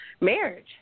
marriage